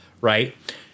right